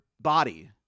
body